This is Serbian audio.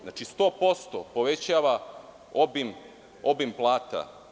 Znači 100% povećava obim plata.